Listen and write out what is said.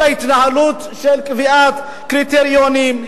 על כל ההתנהלות של קביעת קריטריונים,